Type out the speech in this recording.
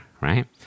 right